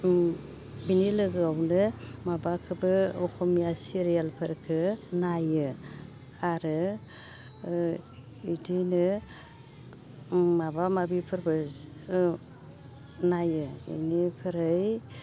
बिनि लोगोआवनो माबाखोबो असमिया सेरियालफोरखो नायो आरो इदिनो माबा माबिफोरबो नायो इनिफ्राय